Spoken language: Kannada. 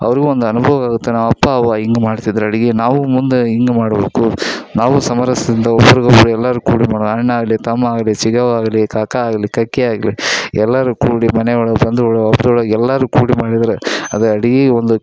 ಅವ್ರಿಗೂ ಒಂದು ಅನುಭವ ಆಗುತ್ತೆ ನಮ್ಮ ಅಪ್ಪ ಅವ್ವ ಹಿಂಗ್ ಮಾಡ್ತಿದ್ರು ಅಡುಗೆ ನಾವೂ ಮುಂದೆ ಹಿಂಗೇ ಮಾಡಬೇಕು ನಾವೂ ಸಮರಸದಿಂದ ಒಬ್ಬರಿಗೊಬ್ರು ಎಲ್ಲರೂ ಕೂಡಿ ಅಣ್ಣ ಆಗಲಿ ತಮ್ಮ ಆಗಲಿ ಚಿಕವ್ವ ಆಗಲಿ ಕಾಕ ಆಗಲಿ ಕಕ್ಕಿ ಆಗಲಿ ಎಲ್ಲರೂ ಕೂಡಿ ಮನೆಯೊಳಗೆ ಬಂದು ಎಲ್ಲರೂ ಕೂಡಿ ಮಾಡಿದ್ರೆ ಅದೇ ಅಡಿಗೀಗೆ ಒಂದು